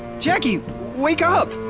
jacki! wake up!